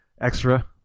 extra